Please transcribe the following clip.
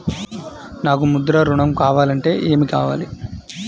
నాకు ముద్ర ఋణం కావాలంటే ఏమి కావాలి?